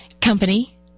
company